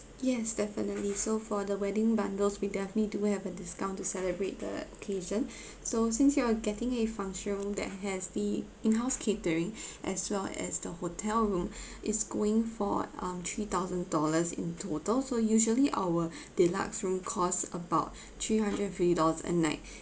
yes definitely so for the wedding bundles we definitely do have a discount to celebrate the occasion so since you are getting a function room that has the in house catering as well as the hotel room it's going for um three thousand dollars in total so usually our deluxe room costs about three hundred and fifty dollars a night